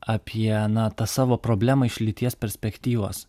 apie na tą savo problemą iš lyties perspektyvos